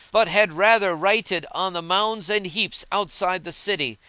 but had rather righted on the mounds and heaps outside the city!